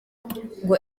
ngo